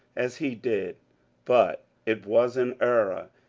as he did but it was an error,